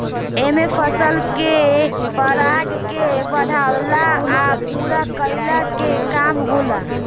एमे फसल के पराग के बढ़ावला आ पूरा कईला के काम होला